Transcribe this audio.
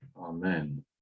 Amen